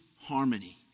harmony